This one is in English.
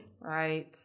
Right